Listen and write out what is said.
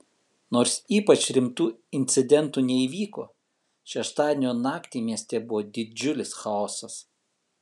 nors ypač rimtų incidentų neįvyko šeštadienio naktį mieste buvo didžiulis chaosas